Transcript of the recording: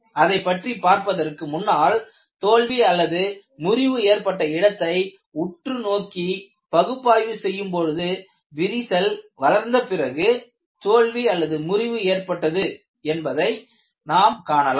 அதைப்பற்றி பார்ப்பதற்கு முன்னால் தோல்வி முறிவு ஏற்பட்ட இடத்தை உற்று நோக்கிப் பகுப்பாய்வு செய்யும் பொழுது விரிசல் வளர்ந்த பிறகு தோல்விமுறிவு ஏற்பட்டது என்பதை நாம் காணலாம்